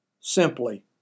simply